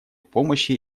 помощи